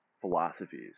philosophies